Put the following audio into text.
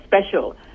special